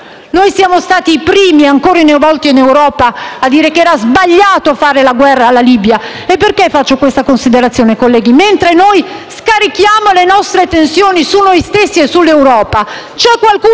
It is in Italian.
una volta, i primi in Europa a dire che era sbagliato fare la guerra alla Libia. Perché faccio questa considerazione, colleghi? Mentre noi scarichiamo le nostre tensioni su noi stessi e sull'Europa,